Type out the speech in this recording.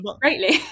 greatly